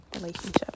relationship